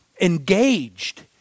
engaged